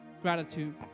gratitude